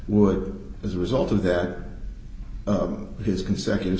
would as a result of that of his consecutive